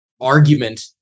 argument